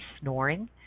snoring